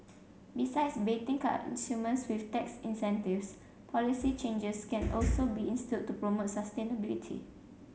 besides baiting consumers with tax incentives policy changes can also be instilled to promote sustainability